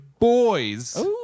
boys